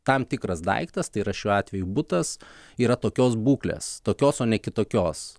tam tikras daiktas tai yra šiuo atveju butas yra tokios būklės tokios o ne kitokios